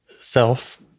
self